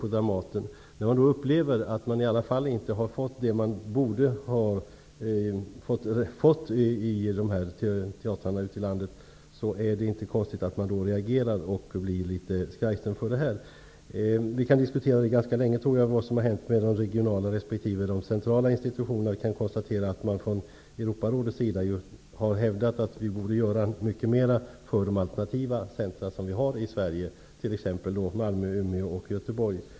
Teatrarna ute i landet anser att de inte har fått vad de borde ha fått, och det är då inte konstigt att de reagerar. Vi kan ganska länge diskutera vad som har hänt med de regionala resp. centrala institutionerna. Vi kan konstatera att Europarådet ju har hävdat att vi bör göra mycket mer för de alternativa centrum som vi har i Sverige, t.ex. Malmö, Umeå och Göteborg.